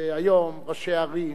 והיום ראשי ערים,